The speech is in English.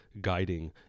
guiding